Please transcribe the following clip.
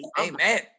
Amen